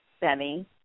Benny